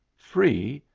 free,